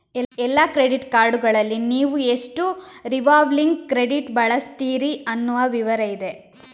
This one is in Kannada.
ಎಲ್ಲಾ ಕ್ರೆಡಿಟ್ ಕಾರ್ಡುಗಳಲ್ಲಿ ನೀವು ಎಷ್ಟು ರಿವಾಲ್ವಿಂಗ್ ಕ್ರೆಡಿಟ್ ಬಳಸ್ತೀರಿ ಅನ್ನುವ ವಿವರ ಇದೆ